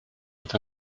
est